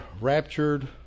raptured